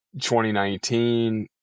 2019